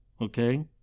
Okay